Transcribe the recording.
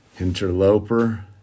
Interloper